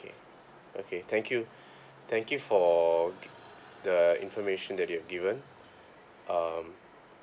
okay okay thank you thank you for the uh information that you had given um